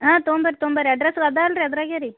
ಹಾಂ ತಗೊಂಬರ್ರಿ ತಗೊಂಬರ್ರಿ ಅಡ್ರಸ್ ಇದೆ ಅಲ್ರಿ ಅದರಾಗೆ ರೀ